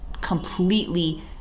completely